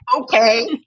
Okay